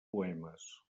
poemes